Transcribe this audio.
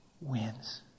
wins